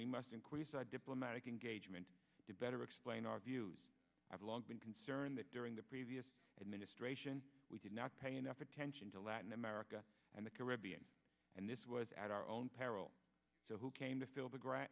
we must increase our diplomatic engagement to better explain our views i've long been concerned that during the previous administration we did not pay enough attention to latin america and the caribbean and this was at our own peril so who came to fill the gra